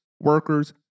workers